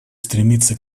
стремиться